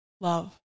love